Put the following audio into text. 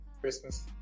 Christmas